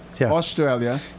Australia